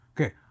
Okay